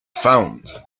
found